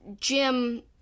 Jim